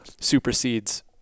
supersedes